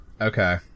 Okay